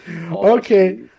Okay